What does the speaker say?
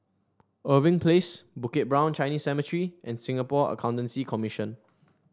Irving Place Bukit Brown Chinese Cemetery and Singapore Accountancy Commission